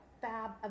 fab